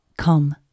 Come